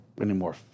anymore